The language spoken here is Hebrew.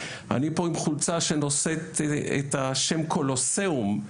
אני פה עם חולצה שנושאת את השם קולוסאום,